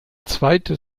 zweite